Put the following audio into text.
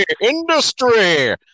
Industry